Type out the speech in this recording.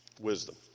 Wisdom